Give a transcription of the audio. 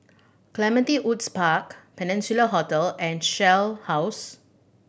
Clementi Woods Park Peninsula Hotel and Shell House